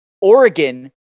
Oregon